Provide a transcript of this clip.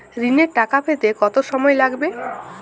ঋণের টাকা পেতে কত সময় লাগবে?